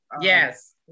Yes